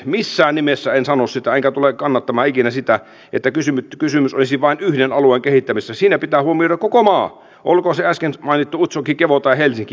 missään nimessä en sano sitä enkä tule kannattamaan ikinä sitä että kysymys olisi vain yhden alueen kehittämisestä siinä pitää huomioida koko maa olkoon se äsken mainittu utsjoki kevo tai helsinki